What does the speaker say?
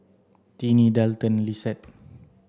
Tinnie Dalton and Lissette